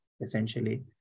essentially